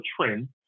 trend